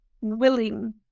willing